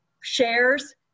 shares